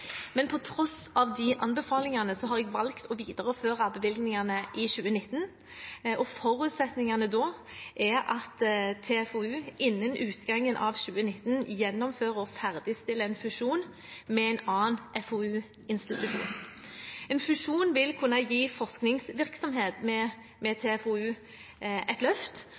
men på tross av den anbefalingen har jeg valgt å videreføre bevilgningen i 2019. Forutsetningen da er at TFoU innen utgangen av 2019 gjennomfører og ferdigstiller en fusjon med en annen FoU-institusjon. En fusjon vil kunne gi forskningsvirksomheten ved TFoU et løft,